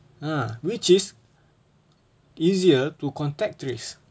ah which is easier to contact tourists